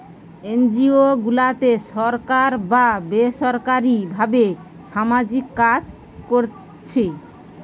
NGO গুলাতে সরকার বা বেসরকারী ভাবে সামাজিক কাজ কোরছে